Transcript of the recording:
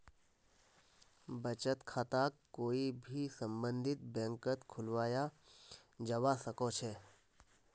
बचत खाताक कोई भी सम्बन्धित बैंकत खुलवाया जवा सक छे